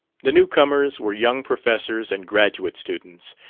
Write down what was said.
the new-comers were young professors and graduate students.